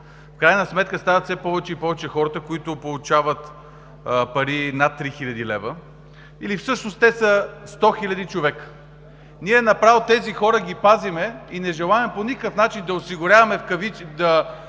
В крайна сметка стават все повече и повече хората, които получават над 3000 лв. или всъщност те са 100 хиляди човека. Направо тези хора ги пазим и не желаем по никакъв начин да увеличаваме